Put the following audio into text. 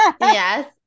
Yes